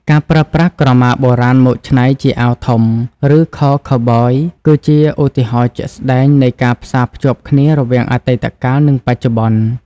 ការប្រើប្រាស់ក្រមាបុរាណមកច្នៃជាអាវធំ ឬខោខូវប៊យ គឺជាឧទាហរណ៍ជាក់ស្តែងនៃការផ្សារភ្ជាប់គ្នារវាងអតីតកាលនិងបច្ចុប្បន្ន។